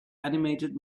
animated